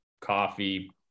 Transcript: coffee